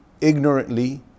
ignorantly